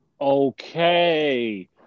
Okay